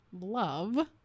love